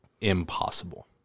impossible